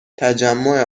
تجمع